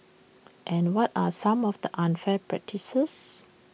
and what are some of the unfair practices